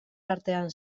artean